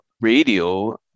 radio